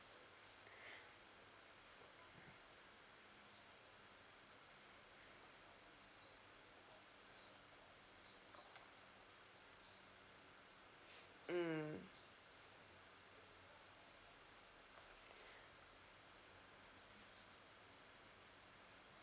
mm